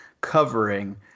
covering